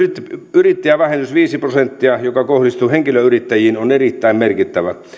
yrittäjävähennys viisi prosenttia joka kohdistuu henkilöyrittäjiin on erittäin merkittävä